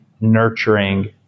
nurturing